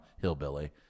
Hillbilly